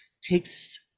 takes